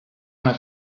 una